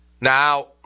Now